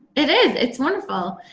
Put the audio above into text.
it is, it's wonderful.